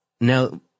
Now